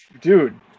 Dude